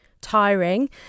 tiring